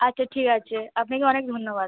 আচ্ছা ঠিক আছে আপনাকে অনেক ধন্যবাদ